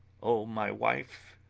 oh, my wife?